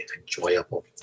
enjoyable